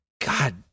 God